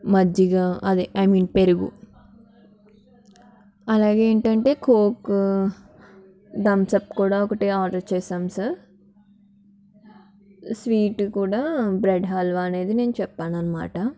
మజ్జిగ అదే I mean పెరుగు అలాగే ఏంటంటే కోక్ థమ్సప్ కూడా ఒకటి ఆర్డర్ చేసాము సార్ స్వీట్ కూడా బ్రెడ్ హల్వా అనేది నేను చెప్పాను అనమాట